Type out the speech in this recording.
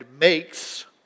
makes